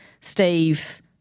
Steve